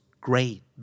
great